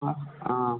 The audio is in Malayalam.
ആ ആ